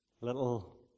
little